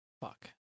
Fuck